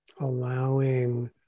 Allowing